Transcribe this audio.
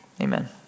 Amen